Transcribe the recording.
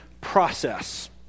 process